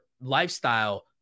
lifestyle